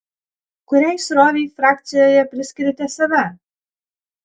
kuriai srovei frakcijoje priskiriate save